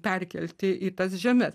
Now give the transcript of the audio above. perkelti į tas žemes